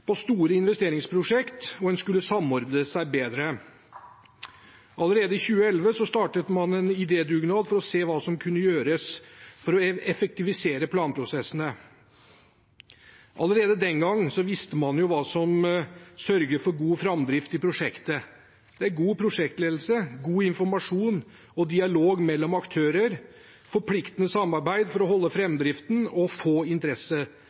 på store investeringsprosjekt, og en skulle samordne seg bedre. Allerede i 2011 startet man en idédugnad for å se hva som kunne gjøres for å effektivisere planprosessene. Allerede den gang visste man hva som sørger for god framdrift i prosjekt; det er god prosjektledelse, god informasjon og dialog mellom aktører, forpliktende samarbeid for å holde framdriften og få